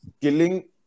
killing